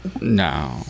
No